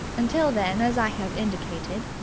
until then, as i have indicated,